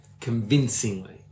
Convincingly